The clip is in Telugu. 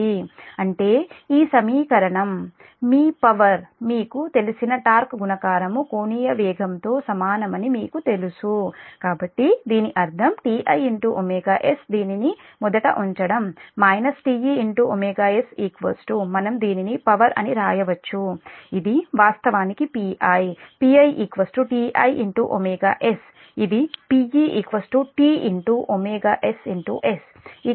అంటే ఈ సమీకరణం మీ పవర్ మీకు తెలిసిన టార్క్గుణకారం కోణీయ వేగంతో సమానమని మీకు తెలుసు కాబట్టి దీని అర్థం Ti s దీనిని మొదట ఉంచడం Te s మనం దీనిని పవర్ అని రాయవచ్చు ఇది వాస్తవానికి Pi Pi Tis ఇది Pe T ss Pi - P 0